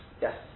Yes